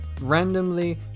randomly